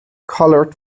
colored